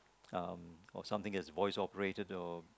um for something that is voice operated or